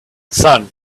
sun